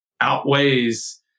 outweighs